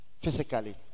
physically